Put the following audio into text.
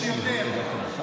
יש יותר.